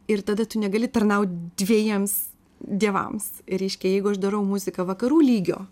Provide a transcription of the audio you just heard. ir tada tu negali tarnaut dvejiems dievams reiškia jeigu aš darau muziką vakarų lygio